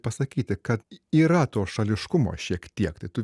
pasakyti kad yra to šališkumo šiek tiek tai tu